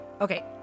Okay